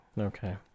Okay